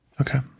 Okay